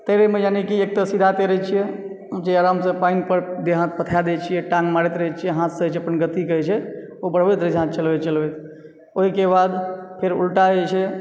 तैरयमे यानिकि एकटा सीधा तैरय छियै जे आरामसँ पानि पर देह हाथ पथा दय छियै टाँग मारैत रहैत छियै हाथसँ जँ अपन गतिके होइत छै ओ बढ़बैत रहैत छियै हाथ चलबैत चलबैत ओहिके बाद फेर उल्टा होइत छै